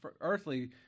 earthly